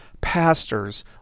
pastors